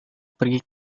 pergi